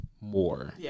more